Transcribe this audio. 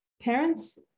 Parents